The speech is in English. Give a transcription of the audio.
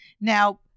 Now